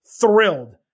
thrilled